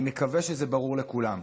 אני מקווה שזה ברור לכולם.